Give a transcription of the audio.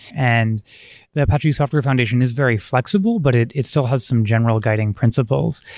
and the apache software foundation is very flexible, but it it still has some general guiding principles,